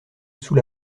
sous